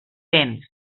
béns